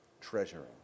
treasuring